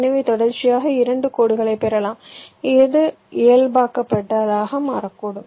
எனவே தொடர்ச்சியாக இரண்டு கோடுகளைப் பெறலாம் இது இயல்பாக்கப்படாததாக மாறக்கூடும்